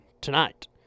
tonight